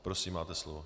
Prosím, máte slovo.